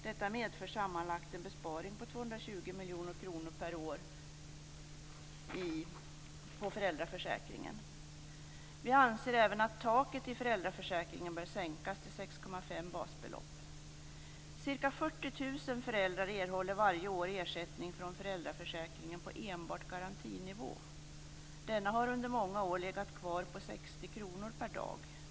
Detta medför sammanlagt en besparing om 220 miljoner kronor per år på föräldraförsäkringen. Vi anser även att taket i föräldraförsäkringen bör sänkas till 6,5 basbelopp. Ca 40 000 föräldrar erhåller varje år ersättning från föräldraförsäkringen på enbart garantinivå. Denna har under många år legat kvar på 60 kr per dag.